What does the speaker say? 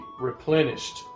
replenished